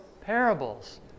Parables